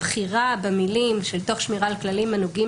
הבחירה במילים של "תוך שמירה על כללים הנוגעים